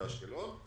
באשקלון,